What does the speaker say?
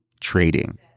trading